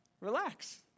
Relax